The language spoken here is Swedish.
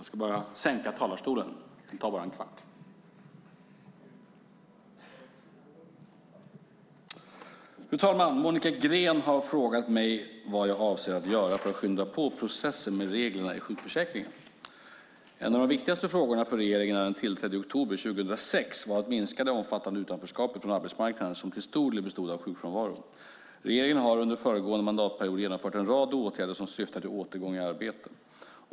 Fru talman! Monica Green har frågat mig vad jag avser att göra för att skynda på processen med reglerna i sjukförsäkringen. En av de viktigaste frågorna för regeringen när den tillträdde i oktober 2006 var att minska det omfattande utanförskapet från arbetsmarknaden som till stor del bestod av sjukfrånvaro. Regeringen har under föregående mandatperiod genomfört en rad åtgärder som syftar till återgång i arbete.